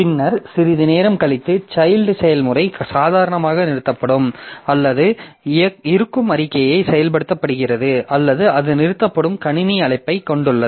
பின்னர் சிறிது நேரம் கழித்து சைல்ட் செயல்முறை சாதாரணமாக நிறுத்தப்படும் அல்லது அது இருக்கும் அறிக்கையை செயல்படுத்துகிறது அல்லது அது நிறுத்தப்படும் கணினி அழைப்பைக் கொண்டுள்ளது